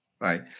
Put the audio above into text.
Right